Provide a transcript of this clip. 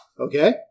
Okay